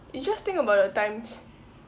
you just think about the times